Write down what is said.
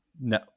No